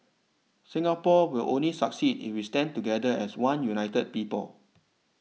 Singapore will only succeed if we stand together as one united people